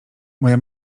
moja